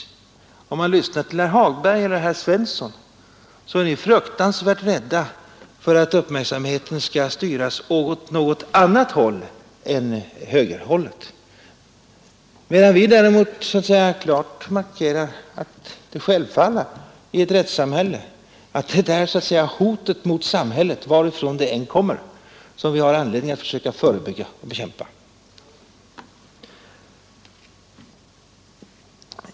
Om man lyssnar till herr Hagberg eller herr Svensson i Malmö, finner man att ni är fruktansvärt rädda för att uppmärksamheten skall styras åt något annat håll än mot högerhållet. För min del finner jag det självklart att det i ett rättssamhälle är så att säga hotet mot samhället varifrån det än kommer — som vi har anledning att försöka förebygga och bekämpa.